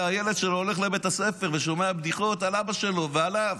הילד שלו הולך לבית הספר ושומע בדיחות על אבא שלו ועליו.